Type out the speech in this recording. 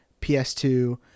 PS2